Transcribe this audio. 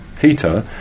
heater